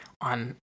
on